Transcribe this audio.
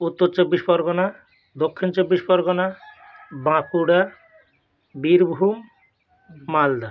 Uttar Chabbish Pargana Dakshin Chabbish Pargana Bankura Birbhum Malda